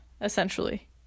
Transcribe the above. essentially